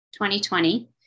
2020